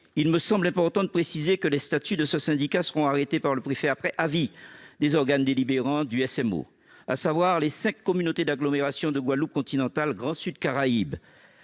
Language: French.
il me semble important de préciser que les statuts de ce syndicat seront arrêtés par le préfet après avis des organes délibérants du syndicat mixte ouvert, le SMO, à savoir les cinq communautés d'agglomération de Guadeloupe continentale, Grand Sud Caraïbe,